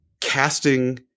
Casting